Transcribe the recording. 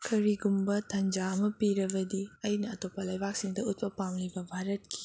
ꯀꯔꯤꯒꯨꯝꯕ ꯇꯥꯟꯖꯥ ꯑꯃ ꯄꯤꯔꯕꯗꯤ ꯑꯩꯅ ꯑꯇꯣꯞꯄ ꯂꯩꯕꯥꯛꯁꯤꯡꯗ ꯎꯠꯄ ꯄꯥꯝꯂꯤꯕ ꯚꯥꯔꯠꯀꯤ